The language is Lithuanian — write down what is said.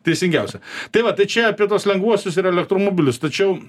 teisingiausia tai va tai čia apie tuos lengvuosius ir elektromobilius tačiau